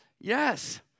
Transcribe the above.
Yes